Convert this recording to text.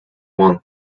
one